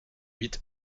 huit